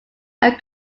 are